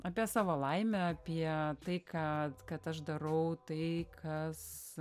apie savo laimę apie tai kad kad aš darau tai kas